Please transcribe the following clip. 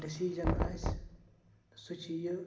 decision آسہِ سُہ چھُ یہِ